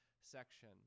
section